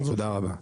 תודה רבה.